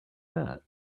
that